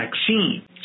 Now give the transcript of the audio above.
vaccine